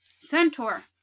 Centaur